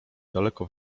daleko